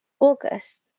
August